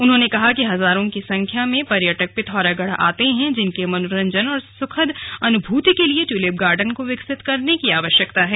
उन्होंने कहा कि हजारों की संख्या में पर्यटक पिथौरागढ़ आते हैं जिनके मनोरंजन और सुखद अनुभूति के लिए ट्यूलिप गार्डन को विकसित करने की आवश्यकता है